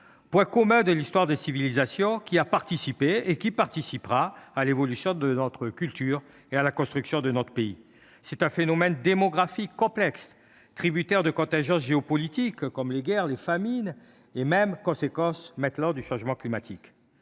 Point commun de l’histoire des civilisations, elle a participé et participera à l’évolution de notre culture et à la construction de notre pays. C’est un phénomène démographique complexe et tributaire de contingences géopolitiques comme les guerres ou les famines, et même du changement climatique.